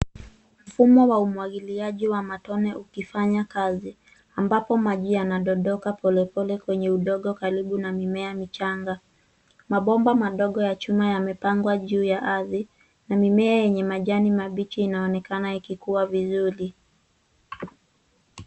Mfumo wa umwagiliaji wa matone ukifanya kazi ambapo maji yanadondoka polepole kwenye udongo karibu na mimea michanga. Mabomba madogo ya chuma yamepangwa juu ya ardhi na mimea yenye majani mabichi inaonekana ikikua vizuri.